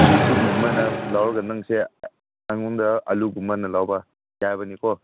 ꯕꯤꯁꯀꯨꯠꯒꯨꯝꯕꯅ ꯂꯧꯔꯒ ꯅꯪꯁꯦ ꯑꯩꯉꯣꯟꯗ ꯑꯥꯂꯨꯒꯨꯝꯕꯅ ꯂꯧꯕ ꯌꯥꯕꯅꯤꯀꯣ